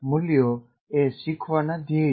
મૂલ્યો એ શીખવાના ધ્યેય છે